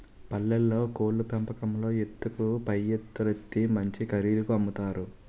పల్లెల్లో కోళ్లు పెంపకంలో ఎత్తుకు పైఎత్తులేత్తు మంచి ఖరీదుకి అమ్ముతారు